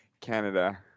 Canada